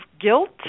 guilt